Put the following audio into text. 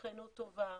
שכנות טובה,